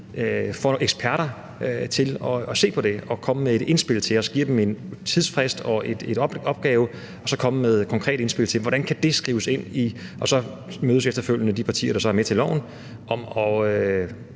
eksperter til at se på det og komme med et indspil til os; at vi giver dem en tidsfrist og en opgave. Og så må eksperterne komme med et konkret indspil til, hvordan det kan skrives ind i loven, og efterfølgende mødes med de partier, der så er med til at